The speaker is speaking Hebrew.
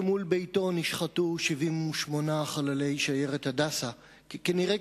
שמול ביתו נשחטו 78 חללי שיירת "הדסה"; כנראה